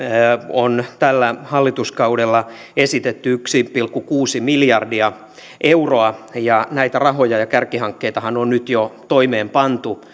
on tällä hallituskaudella esitetty yksi pilkku kuusi miljardia euroa ja näitä rahoja ja kärkihankkeitahan on nyt jo toimeenpantu